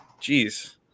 Jeez